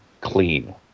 clean